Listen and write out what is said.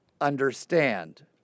understand